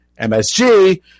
MSG